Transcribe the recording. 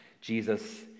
Jesus